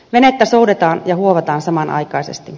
venettä soudetaan ja huovataan samanaikaisesti